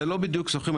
זה לא בדיוק שוכרים.